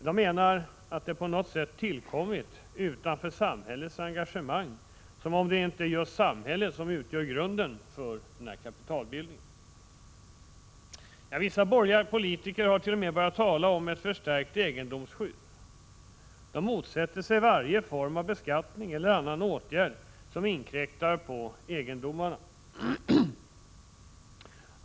De menar att denna egendom tillkommit utanför samhällets engagemang, som om det inte är just samhället som utgör grunden för kapitalbildningen. Vissa borgerliga politiker har t.o.m. börjat tala om ett förstärkt egendomsskydd. De motsätter sig varje form av beskattning eller annan åtgärd som inkräktar på ”egendomarna”.